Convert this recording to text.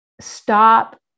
stop